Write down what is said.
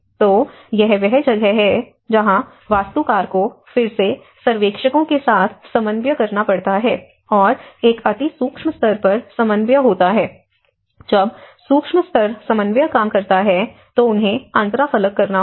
तो यह वह जगह है जहां वास्तुकार को फिर से सर्वेक्षकों के साथ समन्वय करना पड़ता है और एक अति सूक्ष्म स्तर पर समन्वय होता है जब सूक्ष्म स्तर समन्वय काम करता है तो उन्हें अंतराफलक करना होगा